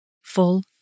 full